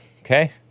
okay